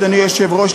אדוני היושב-ראש,